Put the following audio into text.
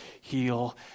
heal